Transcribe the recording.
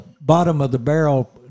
bottom-of-the-barrel